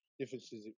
differences